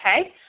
okay